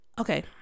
okay